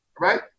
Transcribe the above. right